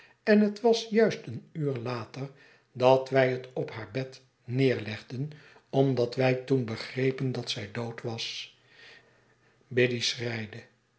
en het was juist een uur later dat wij het op haar bed neerlegden omdat wij toen begrepen d at zij dood was